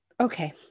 Okay